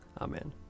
Amen